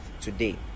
today